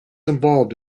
involved